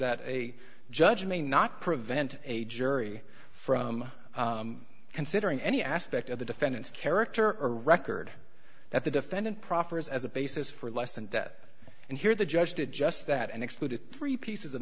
that a judge may not prevent a jury from considering any aspect of the defendant's character or record that the defendant proffers as a basis for less than death and here the judge did just that and excluded three pieces of